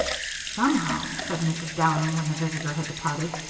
somehow, said mrs. downing, when the visitor had departed,